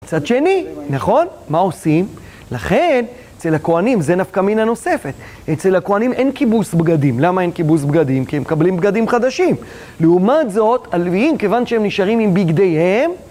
בצד שני, נכון? מה עושים? לכן, אצל הכוהנים, זה נפקא מינה נוספת, אצל הכוהנים אין כיבוס בגדים. למה אין כיבוס בגדים? כי הם קבלים בגדים חדשים. לעומת זאת, הלוויים, כיוון שהם נשארים עם בגדייהם,